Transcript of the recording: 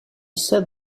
sat